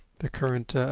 the current